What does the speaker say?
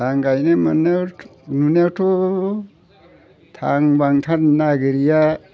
आं गायनो मोननायाव नुनायावथ' थांनो नागिरैया